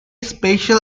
special